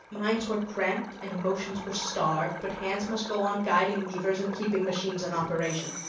minds were cramped and emotions were starved, but hands must go on guiding levers and keeping machines in operation.